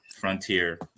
Frontier